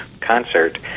concert